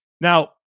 Now